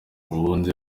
undi